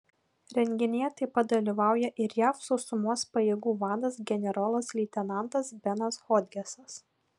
renginyje taip pat dalyvauja ir jav sausumos pajėgų vadas generolas leitenantas benas hodgesas